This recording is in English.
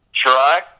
Try